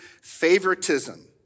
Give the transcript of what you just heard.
favoritism